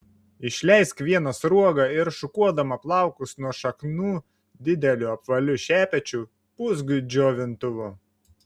išleisk vieną sruogą ir šukuodama plaukus nuo šaknų dideliu apvaliu šepečiu pūsk džiovintuvu